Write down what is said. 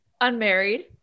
unmarried